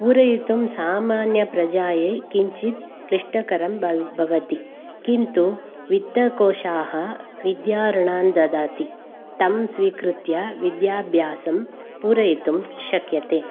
पूरयितुं सामान्यप्रजायै किञ्चित् कि क्लिष्टकरं भवति किन्तु वित्तकोषाः विद्या ऋणान् ददाति तं स्वीकृत्य विद्याभ्यासं पूरयितुं शक्यते